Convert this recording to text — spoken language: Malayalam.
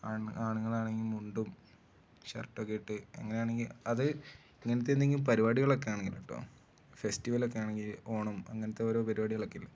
ആണ ആണുങ്ങൾ ആണെങ്കിൽ മുണ്ടും ഷർട്ടും ഒക്കെ ഇട്ട് എങ്ങനെ ആണെങ്കിൽ അത് ഇങ്ങനത്തെ എന്തെങ്കിലും പരിപാടികളൊക്കെ ആണെങ്കിൽ കേട്ടോ ഫെസ്റ്റിവലൊക്കെ ആണെങ്കിൽ ഓണം അങ്ങനത്തെ ഓരോ പരിപാടികളൊക്കെ ഇല്ലേ